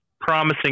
promising